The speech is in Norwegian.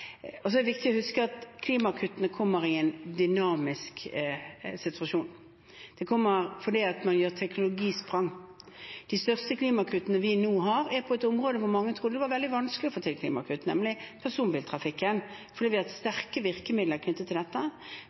er viktig å huske at klimakuttene kommer i en dynamisk situasjon. De kommer fordi man gjør teknologisprang. De største klimakuttene vi nå har, er på et område hvor mange trodde det var veldig vanskelig å få til klimakutt, nemlig personbiltrafikken, fordi vi har hatt sterke virkemidler knyttet til dette.